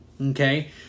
Okay